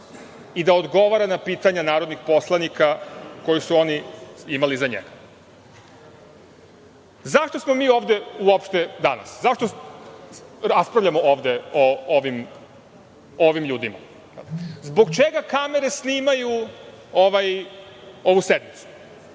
i da odgovara na pitanja narodnih poslanika koja su oni imali za njega.Zašto smo mi uopšte ovde danas, zašto raspravljamo ovde o ovim ljudima? Zbog čega kamere snimaju ovu sednicu?